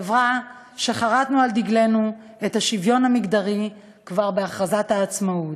חברה שחרתה על דגלה את השוויון המגדרי כבר בהכרזת העצמאות,